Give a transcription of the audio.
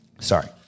sorry